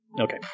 Okay